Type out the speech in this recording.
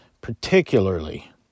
particularly